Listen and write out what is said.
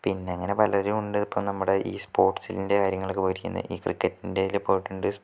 പിന്നെ അങ്ങനെ പലരും ഉണ്ട് ഇപ്പോൾ നമ്മുടെ ഈ സ്പോർട്സിൻ്റെ കാര്യങ്ങൾക്ക് പോയിരിക്കുന്നെ ഈ ക്രിക്കറ്റിൻ്റെലു പോയിട്ടുണ്ട്